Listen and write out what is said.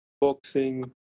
Boxing